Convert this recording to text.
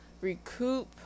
recoup